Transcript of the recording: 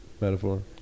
metaphor